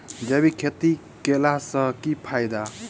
जैविक खेती केला सऽ की फायदा?